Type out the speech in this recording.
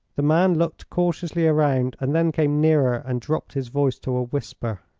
the man looked cautiously around, and then came nearer and dropped his voice to a whisper.